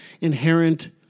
inherent